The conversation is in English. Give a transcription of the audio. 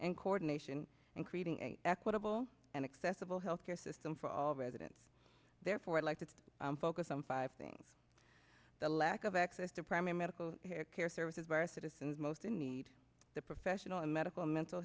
and coordination and creating an equitable and accessible health care system for all residents therefore i'd like to focus on five things the lack of access to primary medical care services where citizens most in need the professional medical mental